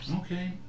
Okay